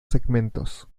segmentos